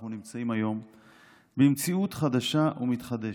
אנחנו נמצאים היום במציאות חדשה ומתחדשת,